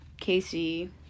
Casey